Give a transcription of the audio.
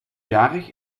jarig